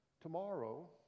tomorrow